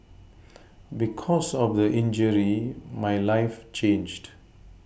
because of the injury my life changed